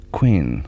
Queen